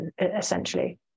essentially